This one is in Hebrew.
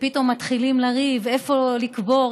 כשפתאום מתחילים לריב איפה לקבור,